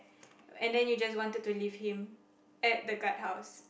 and then you just wanted to leave him at the guard house